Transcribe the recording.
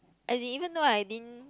as in even though I didn't